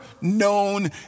known